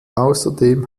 außerdem